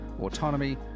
autonomy